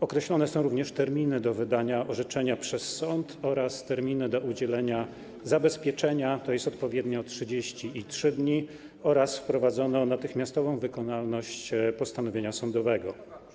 Określono również terminy do wydania orzeczenia przez sąd oraz terminy do udzielenia zabezpieczenia, tj. odpowiednio 30 i 3 dni, a także wprowadzono natychmiastową wykonalność postanowienia sądowego.